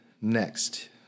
next